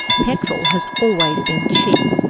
petrol has always been cheap.